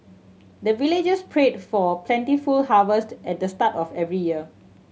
the villagers pray for plentiful harvest at the start of every year